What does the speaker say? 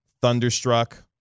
Thunderstruck